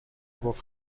گفت